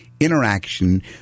interaction